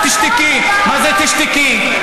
חוצפנית, גזענית ושפלה